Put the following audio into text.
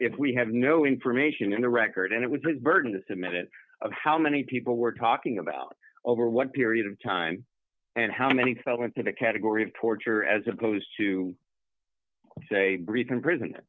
we have no information on the record and it was burdensome it of how many people we're talking about over what period of time and how many fell into the category of torture as opposed to say reason prison